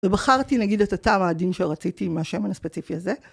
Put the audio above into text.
ובחרתי נגיד את הטעם העדין שרציתי מהשמן הספציפי הזה.